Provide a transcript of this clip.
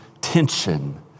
tension